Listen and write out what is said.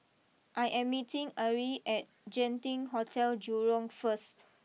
I am meeting Ari at Genting Hotel Jurong first